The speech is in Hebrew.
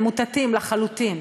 ממוטטים לחלוטין.